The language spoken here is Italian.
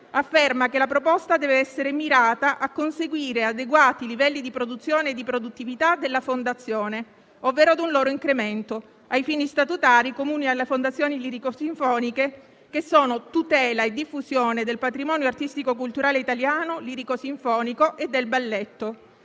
afferma che la proposta dev'essere mirata a conseguire adeguati livelli di produzione e di produttività della fondazione, ovvero un loro incremento ai fini statutari comuni alle fondazioni lirico-sinfoniche, che sono la tutela e la diffusione del patrimonio artistico-culturale italiano, lirico-sinfonico e del balletto.